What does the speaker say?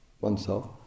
oneself